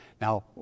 now